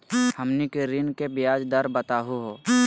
हमनी के ऋण के ब्याज दर बताहु हो?